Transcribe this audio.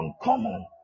uncommon